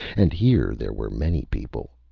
and here there were many people.